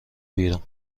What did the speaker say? بیرون